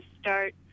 start